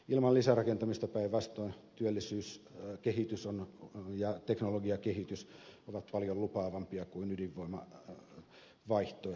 ilman lisärakentamista päinvastoin työllisyyskehitys ja teknologiakehitys ovat paljon lupaavampia kuin ydinvoimavaihtoehdon sisällä